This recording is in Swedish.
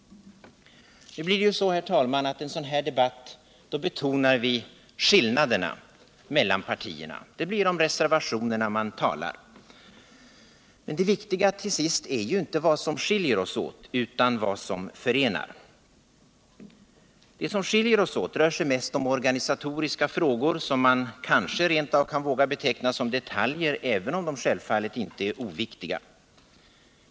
I en sådan här debatt, herr talman, betonar man skillnaderna mellan partierna, det blir om reservationerna som man talar. Men det viktiga är ju inte vad som skiljer oss åt utan vad som förenar oss. Det som skiljer oss åt rör sig mest om organisatoriska frågor, som man kanske rent av kan våga beteckna som detaljer, även om de självfallet inte är oviktiga.